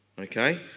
Okay